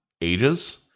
ages